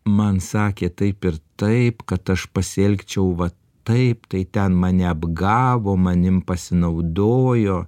man sakė taip ir taip kad aš pasielgčiau va taip tai ten mane apgavo manim pasinaudojo